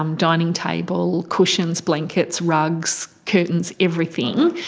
um dining table, cushions, blankets, rugs, curtains, everything,